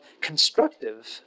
constructive